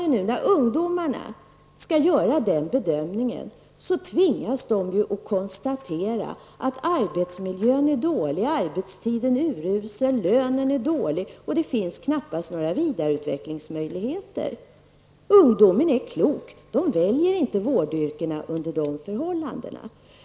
När ungdomarna skall göra den bedömningen, så tvingas de ju konstatera att arbetsmiljön är dålig, att arbetstiden är urusel, att lönen är dålig och att det knappast finns några vidareutvecklingsmöjligheter. Ungdomen är klok, den väljer inte vårdyrkena under de förhållandena.